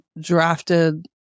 drafted